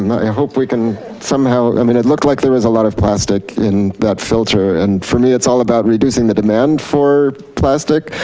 and i hope we can somehow, i mean it looked like there was a lot of plastic in that filter. and for me, it's all about reducing the demand for plastic.